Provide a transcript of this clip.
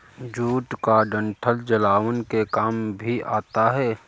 jute का डंठल जलावन के काम भी आता है